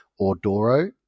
Ordoro